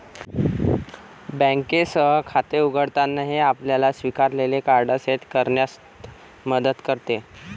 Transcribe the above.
बँकेसह खाते उघडताना, हे आपल्याला स्वीकारलेले कार्ड सेट करण्यात मदत करते